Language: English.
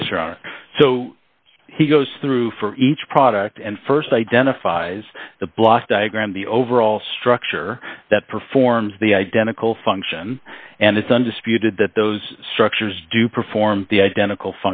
are so he goes through for each product and st identifies the block diagram the overall structure that performs the identical function and it's undisputed that those structures do perform the identical